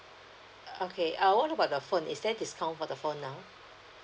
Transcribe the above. okay uh what about the phone is there discount for the phone now